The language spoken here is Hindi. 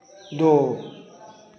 दो